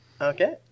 Okay